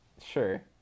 Sure